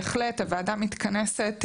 בהחלט הוועדה מתכנסת,